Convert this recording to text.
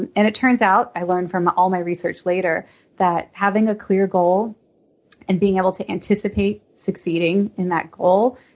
and and it turns out i learned from all my research later that having a clear goal and being able to anticipate succeeding in that goals,